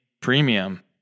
premium